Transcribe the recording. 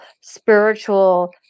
spiritual